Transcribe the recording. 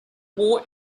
war